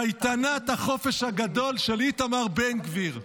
קייטנת החופש הגדול של איתמר בן גביר.